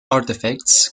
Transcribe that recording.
artifacts